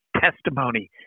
testimony